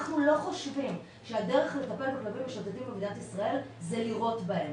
אנחנו לא חושבים שהדרך לטפל בכלבים משוטטים במדינת ישראל זה לירות בהם.